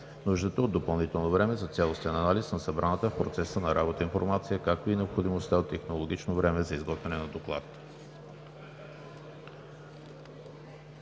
нуждата от допълнително време за цялостен анализ на събраната в процеса на работа информация, както и необходимостта от технологично време за изготвяне на доклад.“